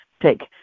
take